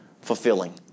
fulfilling